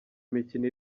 imikino